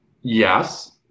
Yes